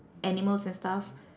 animals and stuff